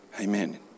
Amen